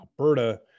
Alberta